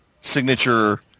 signature